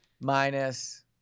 minus